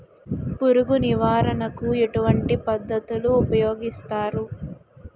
పురుగు నివారణ కు ఎటువంటి పద్ధతులు ఊపయోగిస్తారు?